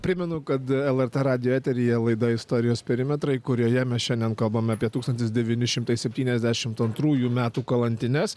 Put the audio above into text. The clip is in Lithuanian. primenu kad lrt radijo eteryje laida istorijos perimetrai kurioje mes šiandien kalbame apie tūkstantis devyni šimtai septyniasdešimt antrųjų metų kalantines